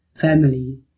family